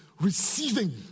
receiving